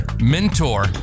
mentor